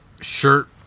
shirt